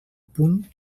punt